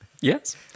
Yes